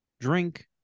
Drink